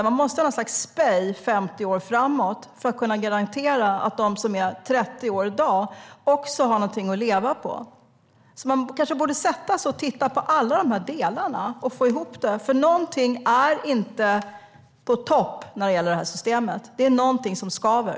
Man måste speja 50 år framåt i tiden för att kunna garantera att de som är 30 år i dag också har någonting att leva på i framtiden. Man borde sätta sig och titta på alla de här delarna för att få ihop det, för någonting är inte på topp när det gäller det här systemet. Det är någonting som skaver.